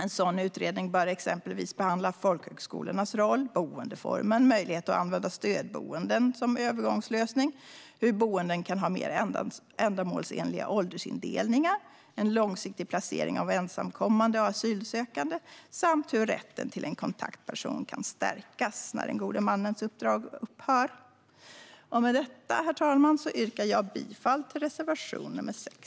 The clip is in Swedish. En sådan utredning bör exempelvis behandla folkhögskolornas roll, boendeform, möjligheten att använda stödboenden som övergångslösning, hur boenden kan ha mer ändamålsenliga åldersindelningar, en långsiktig placering av ensamkommande och asylsökande samt hur rätten till en kontaktperson kan stärkas när den gode mannens uppdrag upphör. Med detta, herr talman, yrkar jag bifall till reservation nr 6.